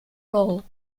roll